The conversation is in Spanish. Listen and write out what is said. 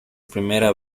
primera